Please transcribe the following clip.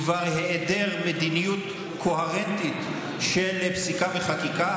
בדבר היעדר מדיניות קוהרנטית של פסיקה וחקיקה.